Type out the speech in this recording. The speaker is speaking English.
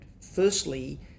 firstly